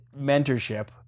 mentorship